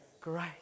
great